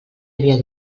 havia